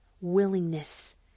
willingness